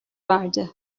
verdi